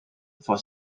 for